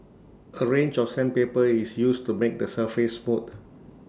A range of sandpaper is used to make the surface smooth